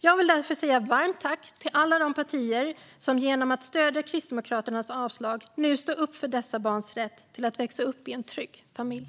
Jag vill därför säga varmt tack till alla de partier som genom att stödja Kristdemokraternas avslagsförslag nu står upp för dessa barns rätt att växa upp i en trygg familj.